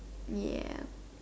ya